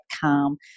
calm